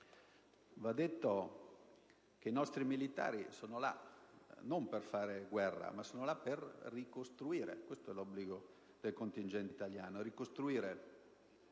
Va detto poi che i nostri militari sono là non per fare la guerra, ma per ricostruire - questo è l'obbligo del contingente italiano